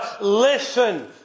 Listen